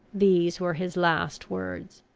these were his last words.